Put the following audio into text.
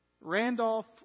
Randolph